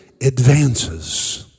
advances